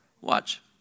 Watch